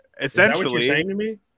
essentially